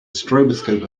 stroboscope